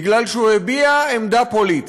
בגלל שהוא הביע עמדה פוליטית.